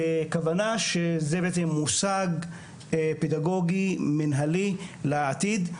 בכוונה, שזה בעצם מושג פדגוגי מנהלי לעתיד.